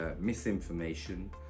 misinformation